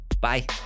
Bye